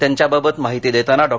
त्यांच्याबाबत माहिती देताना डॉ